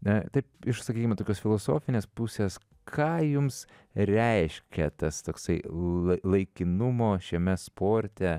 na taip iš sakykime tokios filosofinės pusės ką jums reiškia tas toksai lai laikinumo šiame sporte